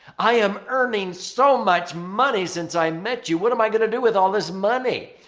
i am earning so much money since i met you. what am i going to do with all this money?